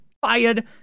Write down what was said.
fired